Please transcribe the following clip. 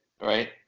Right